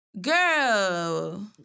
Girl